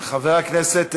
חברי הכנסת מרגלית,